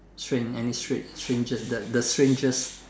strange and the strange strange the the strangest